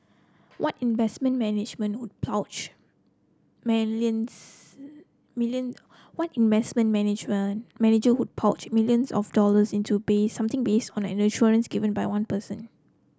what investment manager would plough million what investment management manager would plough millions of dollars into something based on an assurance given by one person